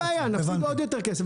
אין בעיה; נפסיד עוד יותר כסף.